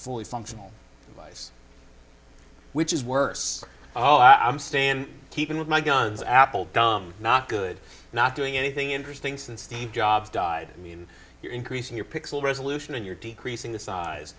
fully functional lifes which is worse oh i'm stan keeping with my guns apple dumb not good not doing anything interesting since steve jobs died i mean you're increasing your pixel resolution and you're decreasing the size